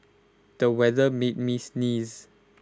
the weather made me sneeze